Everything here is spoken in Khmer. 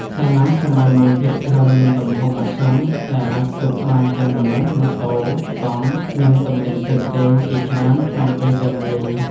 សាឡាងសម័យមុនភាគច្រើនមានទំហំមធ្យម ដែលអាចផ្ទុកបានទាំងមនុស្ស ម៉ូតូ កង់ និងទំនិញផ្សេងៗជាច្រើនក្នុងពេលតែមួយ។